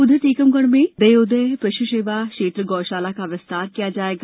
उधर टीकमगढ में दयोदय पशु सेवा केन्द्र गौशाला का विस्तार किया जाएगा